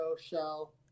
Shell